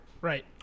Right